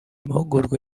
mahugurwa